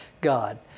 God